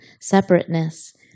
separateness